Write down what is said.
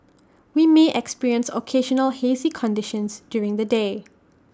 we may experience occasional hazy conditions during the day